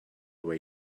way